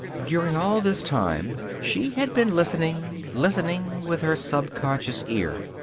during all this time she had been listening, listening, with her subconscious ear.